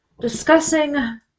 discussing